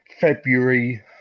February